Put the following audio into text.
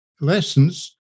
lessons